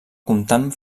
comptant